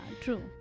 true